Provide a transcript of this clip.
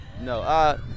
No